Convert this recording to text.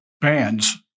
bands